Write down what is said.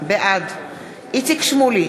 בעד איציק שמולי,